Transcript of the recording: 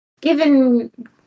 given